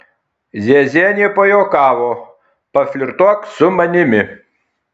ziezienė pajuokavo paflirtuok su manimi